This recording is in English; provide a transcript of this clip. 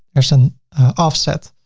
there's an offset.